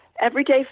everyday